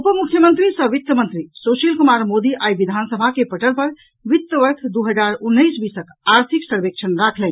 उप मुख्यमंत्री सह वित्त मंत्री सुशील कुमार मोदी आइ विधानसभा के पटल पर वित्त वर्ष दू हजार उन्नैस बीसक आर्थिक सर्वेक्षण राखलनि